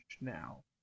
now